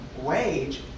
wage